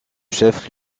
chef